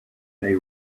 they